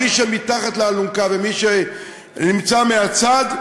מי שמתחת לאלונקה ומי שנמצא מהצד,